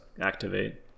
activate